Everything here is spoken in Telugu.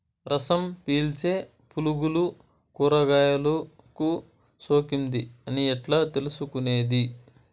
రసం పీల్చే పులుగులు కూరగాయలు కు సోకింది అని ఎట్లా తెలుసుకునేది?